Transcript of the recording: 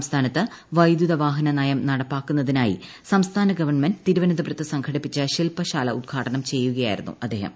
സംസ്ഥാനത്ത് വൈദ്യുതവാഹനനയം നടപ്പാക്കുന്നതിനായി സംസ്ഥാന ഗവൺമെന്റ് തിരുവനന്തപുരത്ത് സംഘടിപ്പിച്ച ശില്പശാല ഉദ്ഘാടനം ചെയ്യുകയായി രുന്നു അദ്ദേഹം